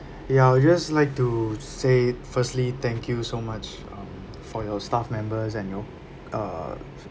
ya I'd just like to say firstly thank you so much um for your staff members and your uh